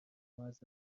موظف